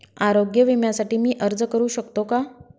आरोग्य विम्यासाठी मी अर्ज करु शकतो का?